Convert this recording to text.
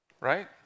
right